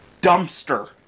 dumpster